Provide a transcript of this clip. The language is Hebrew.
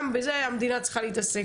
גם בזה המדינה צריכה להתעסק,